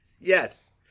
Yes